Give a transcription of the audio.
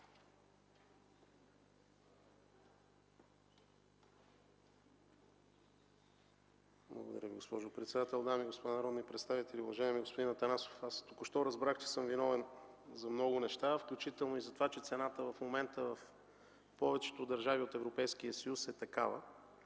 Благодаря Ви, госпожо председател. Дами и господа народни представители, уважаеми господин Атанасов! Току-що разбрах, че съм виновен за много неща, включително за това, че цената на яйцата в момента в повечето държави от Европейския съюз е такава.